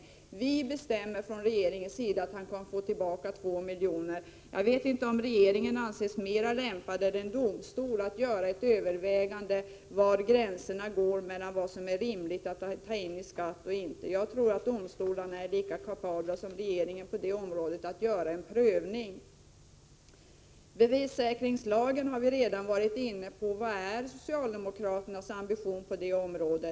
Regeringen bestämmer att denna person kan få tillbaka 2 milj.kr. Jag vet inte om regeringen kan anses mer lämpad än en domstol att göra överväganden om var gränserna går mellan vad som är rimligt eller inte att ta in i skatt. Jag tror att domstolarna är lika kapabla som regeringen att göra en prövning på detta område. Vi har redan varit inne på bevissäkringslagen. Vilken är socialdemokraternas ambition på detta område?